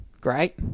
great